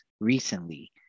recently